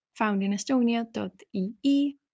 foundinestonia.ee